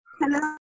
hello